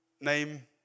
name